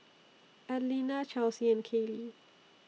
Adelina Chelsea and Kayli